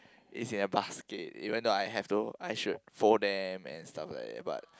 is in a basket even though I have to I should fold them and stuff like that but